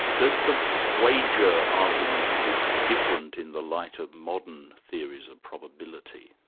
does the wager argument look different in the light of modern theories of probability?